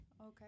Okay